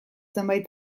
zenbait